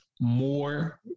more